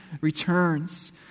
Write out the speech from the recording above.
returns